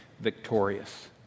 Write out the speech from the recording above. victorious